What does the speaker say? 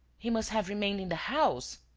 he must have remained in the house.